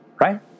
right